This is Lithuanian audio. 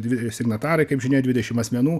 dvi signatarai kaip žinia dvidešim asmenų